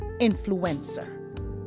influencer